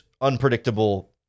unpredictable –